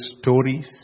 stories